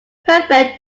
perfect